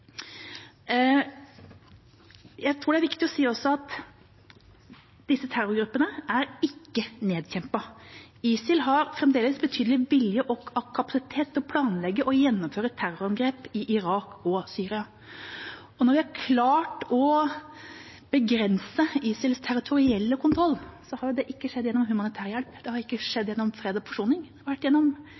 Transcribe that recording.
Jeg tror det er viktig også å si at disse terrorgruppene ikke er nedkjempet. ISIL har fremdeles betydelig vilje og kapasitet til å planlegge og gjennomføre terrorangrep i Irak og Syria. Og når vi har klart å begrense ISILs territorielle kontroll, har ikke det skjedd gjennom humanitær hjelp. Det har ikke skjedd gjennom fred og forsoning. Det har vært gjennom